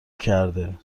کرده